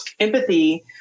empathy